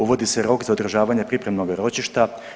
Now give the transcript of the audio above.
Uvodi se rok za održavanje pripremnoga ročišta.